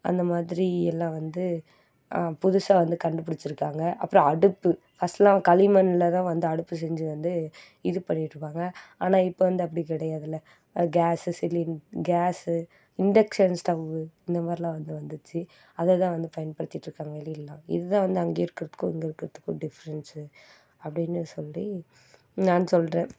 அந்தமாதிரி எல்லாம் வந்து புதுசாக வந்து கண்டுபிடிச்சிருக்காங்க அப்புறம் அடுப்பு ஃபஸ்ட்லாம் களிமணில் தான் வந்து அடுப்பு செஞ்சு வந்து இது பண்ணிட்டுருப்பாங்க ஆனால் இப்போ வந்து அப்படி கிடையாதுல்ல கேஸு சிலிண் கேஸு இண்டக்ஷன் ஸ்டவ்வு இந்த மாதிரிலாம் வந்து வந்துடுச்சி அதைதான் வந்து பயன்படுத்திக்கிட்ருக்காங்க வெளிலலாம் இதுதான் வந்து அங்க இருக்குறத்துக்கும் இங்க இருக்குறத்துக்கும் டிஃப்ரெண்ட்ஸு அப்டின்னு சொல்லி நான் சொல்றேன்